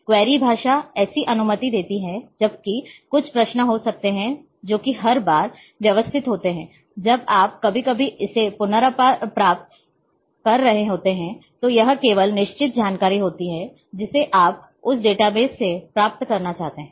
query भाषा ऐसी अनुमति देती है जब भी कुछ प्रश्न हो सकते हैं जो कि हर बार व्यवस्थित होते हैं जब आप कभी कभी इसे पुनर्प्राप्त कर रहे होते हैं तो यह केवल निश्चित जानकारी होती है जिसे आप उस डेटाबेस से प्राप्त करना चाहते हैं